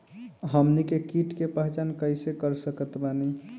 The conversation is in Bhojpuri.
हमनी के कीट के पहचान कइसे कर सकत बानी?